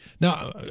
Now